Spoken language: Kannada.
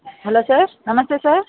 ಹಲೋ ಸರ್ ನಮಸ್ತೇ ಸರ್